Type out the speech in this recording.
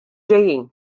ġejjin